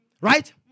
Right